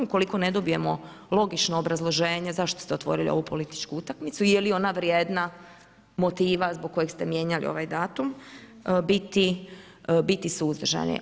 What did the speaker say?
Ukoliko ne dobijemo logično obrazloženje zašto ste otvorili ovu političku utakmicu i je li ona vrijedna motiva zbog kojeg ste mijenjali ovaj datum, biti suzdržani.